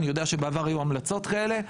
אני יודע שבעבר היו המלצות כאלה,